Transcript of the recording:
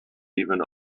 even